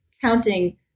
counting